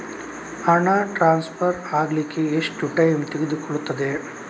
ಹಣ ಟ್ರಾನ್ಸ್ಫರ್ ಅಗ್ಲಿಕ್ಕೆ ಎಷ್ಟು ಟೈಮ್ ತೆಗೆದುಕೊಳ್ಳುತ್ತದೆ?